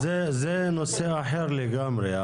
אבל זה נושא אחר לגמרי.